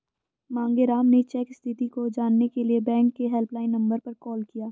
मांगेराम ने चेक स्थिति को जानने के लिए बैंक के हेल्पलाइन नंबर पर कॉल किया